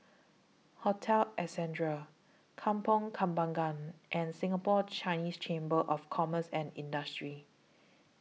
Hotel Ascendere Kampong Kembangan and Singapore Chinese Chamber of Commerce and Industry